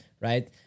Right